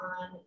on